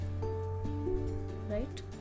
right